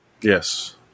Yes